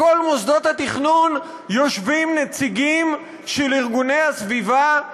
בכל מוסדות התכנון יושבים נציגים של ארגוני הסביבה,